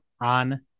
on